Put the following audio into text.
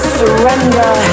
surrender